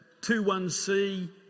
21c